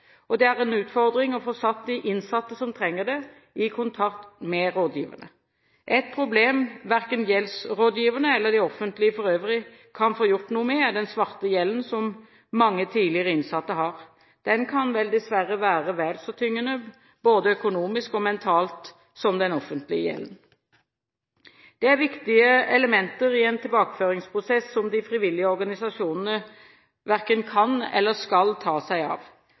Det er en utfordring å få satt de innsatte som trenger det, i kontakt med rådgiverne. Et problem verken gjeldsrådgiverne eller det offentlige for øvrig kan få gjort noe med, er den svarte gjelden som mange tidligere innsatte har. Den kan dessverre være vel så tyngende både økonomisk og mentalt som den offentlige gjelden. Det er viktige elementer i en tilbakeføringsprosess som de frivillige organisasjonene verken kan eller skal ta seg av.